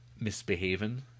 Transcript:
misbehaving